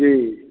जी